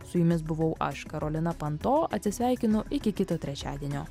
su jumis buvau aš karolina panto atsisveikinu iki kito trečiadienio